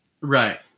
Right